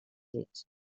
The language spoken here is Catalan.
llits